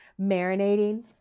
marinating